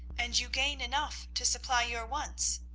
and you gain enough to supply your wants.